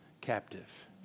captive